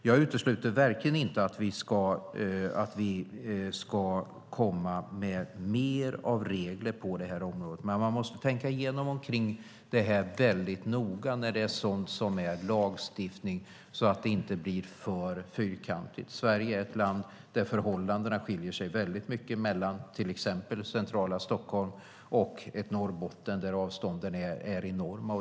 Jag utesluter verkligen inte att vi ska komma med mer av regler på området, men man måste tänka igenom det hela noga när det handlar om lagstiftning så att det inte blir för fyrkantigt. Sverige är ett land där förhållandena skiljer sig mycket mellan till exempel det centrala Stockholm och ett Norrbotten där avstånden är enorma.